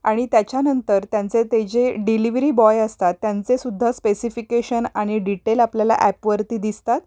आणि त्याच्यानंतर त्यांचे ते जे डिलिवरी बॉय असतात त्यांचेसुद्धा स्पेसिफिकेशन आणि डिटेल आपल्याला ॲपवरती दिसतात